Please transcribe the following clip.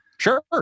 Sure